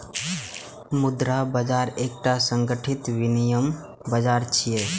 मुद्रा बाजार एकटा संगठित विनियम बाजार छियै